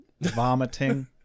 vomiting